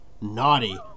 Naughty